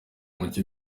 muke